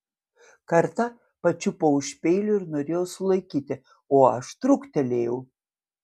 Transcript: kartą pačiupo už peilio ir norėjo sulaikyti o aš truktelėjau